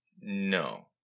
no